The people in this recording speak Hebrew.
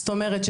זאת אומרת,